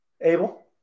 Abel